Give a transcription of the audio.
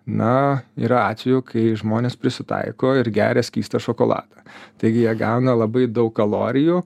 na yra atvejų kai žmonės prisitaiko ir geria skystą šokoladą taigi jie gauna labai daug kalorijų